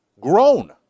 grown